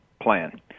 plan